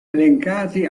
elencati